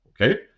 Okay